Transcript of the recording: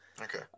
Okay